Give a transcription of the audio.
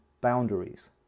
boundaries